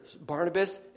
Barnabas